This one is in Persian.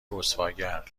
رسواگر